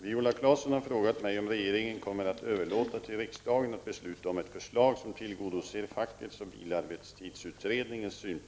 I ”Lägesrapport om det svenska integrationsarbetet oktober 1989” sägs följande om landtransporter: ”---1989/90. Efter regeringsoch ev.